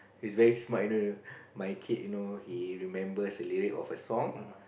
is very smart you know my kid you know he remembers the lyric of a song